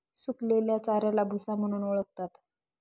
सुकलेल्या चाऱ्याला भुसा म्हणून ओळखतात